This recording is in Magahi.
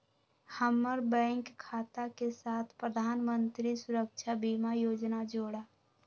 हम्मर बैंक खाता के साथ प्रधानमंत्री सुरक्षा बीमा योजना जोड़ा